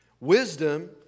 Wisdom